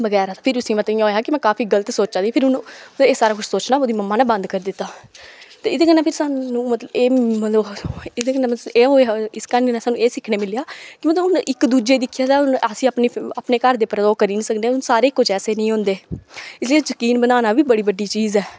बगैरा फिर उसी मतलब इ'यां होएआ कि में काफी गल्त सोचा दी फिर उन्नू एह् सारा किश सोचना ओह्दी मम्मा ने बंद करी दित्ता ते एह्दे कन्नै फिर सानू मतलब एह् मतलब एहदे कन्नै मतलब इस क्हानी दा सानू एह् सिक्खने गी मिलेआ कि मतलब हून इक दूजे गी दिक्खेआ जाए ते हून असेंगी अपने अपने घर दे उप्पर रोह् करी नेईं सकने हून सारे इक्को जैसे नेईं होंदे इसलेई जकीन बनाना बी बड़ी बड्डी चीज ऐ